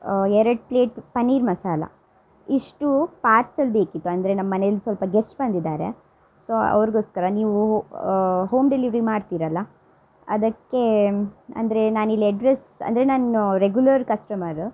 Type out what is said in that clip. ಎರಡು ಪ್ಲೇಟ್ ಪನೀರ್ ಮಸಾಲೆ ಇಷ್ಟು ಪಾರ್ಸೆಲ್ ಬೇಕಿತ್ತು ಅಂದರೆ ನಮ್ಮ ಮನೇಲಿ ಸ್ವಲ್ಪ ಗೆಸ್ಟ್ ಬಂದಿದ್ದಾರೆ ಸೊ ಅವ್ರಿಗೋಸ್ಕರ ನೀವು ಹೋಮ್ ಡೆಲಿವ್ರಿ ಮಾಡ್ತಿರಲ್ಲ ಅದಕ್ಕೆ ಅಂದರೆ ನಾನಿಲ್ಲಿ ಅಡ್ರೆಸ್ ಅಂದರೆ ನಾನು ರೆಗ್ಯುಲರ್ ಕಸ್ಟಮರು